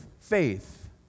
faith